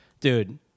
Dude